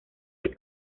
del